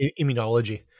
immunology